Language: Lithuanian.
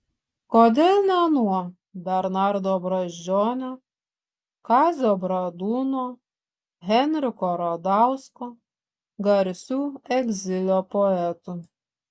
kodėl ne nuo bernardo brazdžionio kazio bradūno henriko radausko garsių egzilio poetų